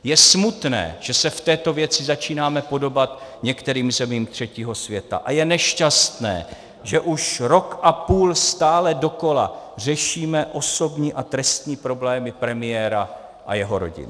Je smutné, že se v této věci začínáme podobat některým zemím třetího světa, a je nešťastné, že už rok a půl stále dokola řešíme osobní a trestní problémy premiéra a jeho rodiny.